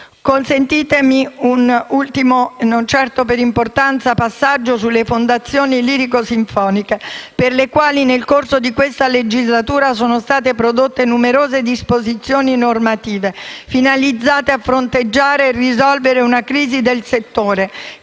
non per importanza, passaggio sulle fondazioni lirico-sinfoniche, per le quali nel corso di questa legislatura sono state prodotte numerose disposizioni normative finalizzate a fronteggiare e risolvere una crisi del settore